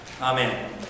Amen